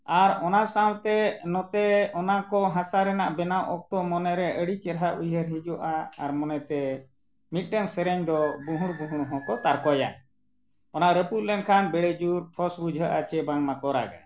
ᱟᱨ ᱚᱱᱟ ᱥᱟᱶᱛᱮ ᱱᱚᱛᱮ ᱚᱱᱟ ᱠᱚ ᱦᱟᱥᱟ ᱨᱮᱱᱟᱜ ᱵᱮᱱᱟᱣ ᱚᱠᱛᱚ ᱢᱚᱱᱮ ᱨᱮ ᱟᱹᱰᱤ ᱪᱮᱨᱦᱟ ᱩᱭᱦᱟᱹᱨ ᱦᱤᱡᱩᱜᱼᱟ ᱟᱨ ᱢᱚᱱᱮᱛᱮ ᱢᱤᱫᱴᱟᱝ ᱥᱮᱨᱮᱧ ᱫᱚ ᱜᱩᱦᱩᱬ ᱜᱩᱦᱩᱬ ᱦᱚᱸᱠᱚ ᱛᱟᱨᱠᱚᱭᱟ ᱚᱱᱟ ᱨᱟᱹᱯᱩᱫ ᱞᱮᱱᱠᱷᱟᱱ ᱵᱮᱲᱮ ᱡᱩᱨ ᱯᱷᱚᱥ ᱵᱩᱡᱷᱟᱹᱜᱼᱟ ᱥᱮ ᱵᱟᱝᱢᱟ ᱠᱚ ᱨᱟᱜᱟ